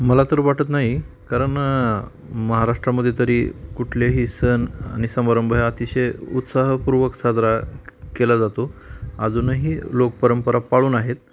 मला तर वाटत नाही कारण महाराष्ट्रामध्ये तरी कुठल्याही सण आणि समारंभ हे अतिशय उत्साहपूर्वक साजरा क् केला जातो अजूनही लोक परंपरा पाळून आहेत